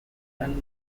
and